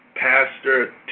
Pastor